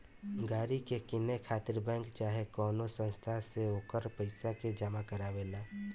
गाड़ी के किने खातिर बैंक चाहे कवनो संस्था से ओकर पइसा के जामा करवावे ला